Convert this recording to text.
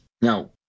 now